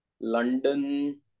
London